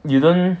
you don't